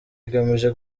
igamije